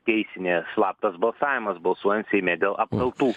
teisinė slaptas balsavimas balsuojant seime dėl apkaltų